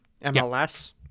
MLS